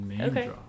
okay